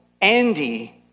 Andy